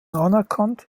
anerkannt